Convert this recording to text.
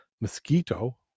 Mosquito